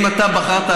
אם אתה בחרת,